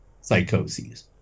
psychoses